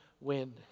win